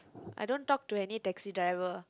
I don't talk to any taxi driver